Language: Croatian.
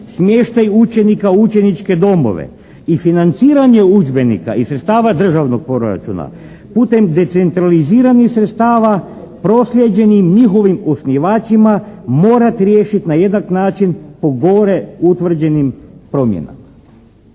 smještaj učenika u učeničke domove i financiranje udžbenika iz sredstava državnog proračuna putem decentraliziranih sredstava proslijeđenih njihovim osnivačima morati riješiti na jednak način po gore utvrđenim promjenama."